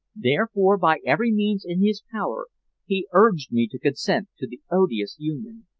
therefore by every means in his power he urged me to consent to the odious union.